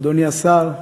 אדוני השר,